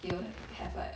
you will have like